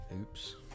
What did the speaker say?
Oops